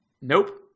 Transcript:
Nope